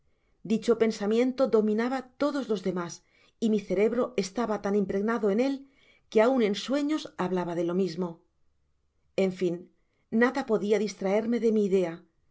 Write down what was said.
dicho pensamiento dominaba todos los demas y mi cerebro estaba tan impregnado en él que aun en sueños hablaba de lo mismo en fio nada podia distraerme de mi idea